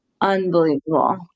unbelievable